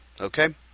Okay